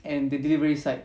and the delivery side